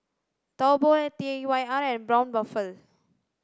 Taobao and T Y R and Braun Buffel